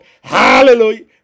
Hallelujah